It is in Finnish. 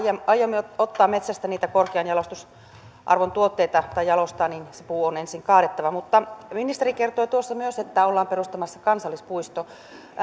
aiomme jalostaa metsästä niitä korkean jalostusarvon tuotteita se puu on ensin kaadettava mutta ministeri kertoi tuossa myös että ollaan perustamassa kansallispuisto